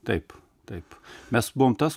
taip taip mes buvom tas